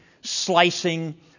slicing